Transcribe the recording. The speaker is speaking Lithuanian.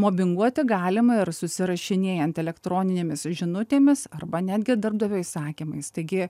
mobinguoti galima ir susirašinėjant elektroninėmis žinutėmis arba netgi darbdavio įsakymais taigi